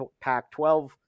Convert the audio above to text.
Pac-12